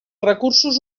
recursos